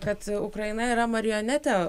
kad ukraina yra marionetė